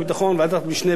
אולי תהיה הזדמנות אחרת.